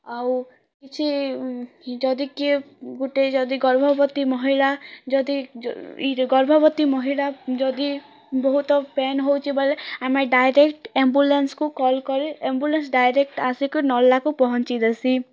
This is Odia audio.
ଆଉ କିଛି ଯଦି କିଏ ଗୋଟେ ଯଦି ଗର୍ଭବତୀ ମହିଳା ଯଦି ଗର୍ଭବତୀ ମହିଳା ଯଦି ବହୁତ ପେନ୍ ହେଉଛି ବୋଲେ ଆମେ ଡାଇରେକ୍ଟ୍ ଆମ୍ବୁଲାନ୍ସ୍କୁ କଲ୍ କରି ଆମ୍ବୁଲାନ୍ସ୍ ଡାଇରେକ୍ଟ୍ ଆସି ନର୍ଲାକୁ ପହଞ୍ଚି ଯେସି